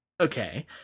okay